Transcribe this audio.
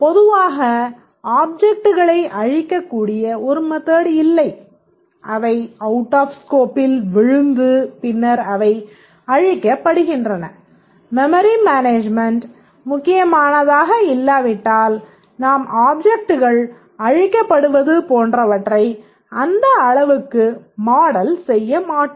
பொதுவாக ஆப்ஜெக்ட்களை அழிக்கக்கூடிய ஒரு மெத்தட் இல்லை அவை அவுட் ஆப் ஸ்கோப்பில் முக்கியமானதாக இல்லாவிட்டால் நாம் ஆப்ஜெக்ட்கள் அழிக்கப்படுவது போன்றவற்றை அந்த அளவுக்கு மாடல் செய்ய மாட்டோம்